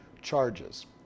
charges